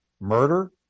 murder